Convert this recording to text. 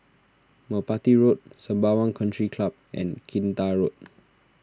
Merpati Road Sembawang Country Club and Kinta Road